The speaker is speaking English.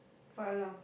Falah